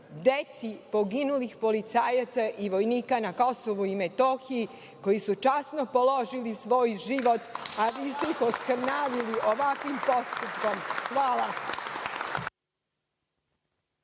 deci poginulih policajaca i vojnika na KiM koji su časno položili svoj život, a vi ste ih oskrnavili ovakvim postupkom. Hvala.